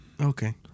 Okay